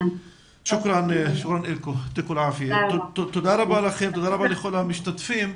תודה רבה לכן, תודה רבה לכל המשתתפים.